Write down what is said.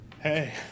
Hey